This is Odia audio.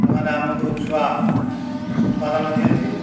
ସେମାନେ ଆମକୁ ଛୁଆ ଉତ୍ପାଦନ ଦିଅନ୍ତି